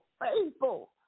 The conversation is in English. faithful